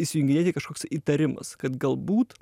įsijunginėti kažkoks įtarimas kad galbūt